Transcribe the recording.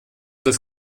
das